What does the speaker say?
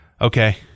Okay